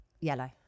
yellow